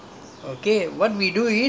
and the projects you know are already